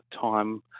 time